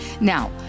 Now